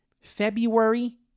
February